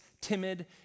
timid